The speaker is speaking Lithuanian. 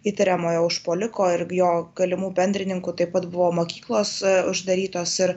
įtariamojo užpuoliko ir jo galimų bendrininkų taip pat buvo mokyklos uždarytos ir